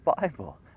Bible